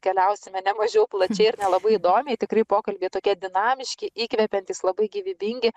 keliausime ne mažiau plačiai ir nelabai įdomiai tikrai pokalbiai tokie dinamiški įkvepiantys labai gyvybingi